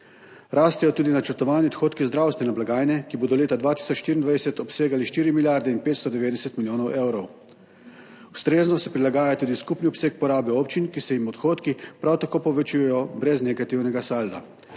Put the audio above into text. Rastejo tudi načrtovani odhodki zdravstvene blagajne, ki bodo leta 2024 obsegali 4 milijarde in 590 milijonov evrov. Ustrezno se prilagaja tudi skupni obseg porabe občin, ki se jim odhodki prav tako povečujejo brez negativnega salda.